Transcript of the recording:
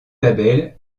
label